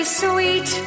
sweet